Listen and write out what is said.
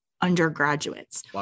undergraduates